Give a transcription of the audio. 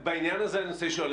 בעניין הזה אני רוצה לשאול,